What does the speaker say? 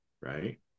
right